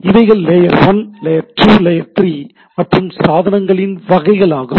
இவைகள் layer 1 layer 2 layer 3 மற்றும் சாதனங்களின் வகைகளாகும்